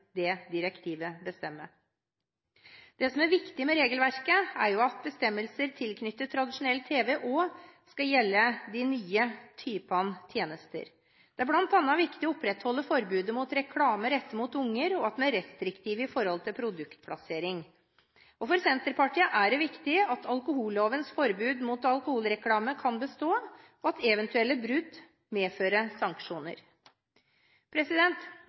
direktivet bestemmer. Det som er viktig med regelverket, er jo at bestemmelser tilknyttet tradisjonelt tv også skal gjelde de nye typene tjenester. Det er bl.a. viktig å opprettholde forbudet mot reklame rettet mot unger og at man er restriktiv når det gjelder produktplassering. For Senterpartiet er det viktig at alkohollovens forbud mot alkoholreklame kan bestå, og at eventuelle brudd medfører